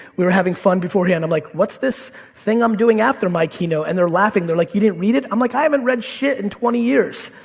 we were having fun beforehand, i'm like, what's this thing i'm doing after my keynote, and they're laughing, they're like, you didn't read it? i'm like, i haven't and read shit in twenty years.